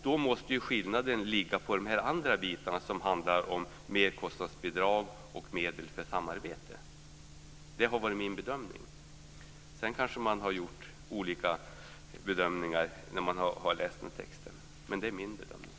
Då måste skillnaden ligga på de andra bitarna, som handlar om merkostnadsbidrag och medel för samarbete. Det har varit min bedömning. Sedan kanske man har gjort olika bedömningar när man har läst texterna.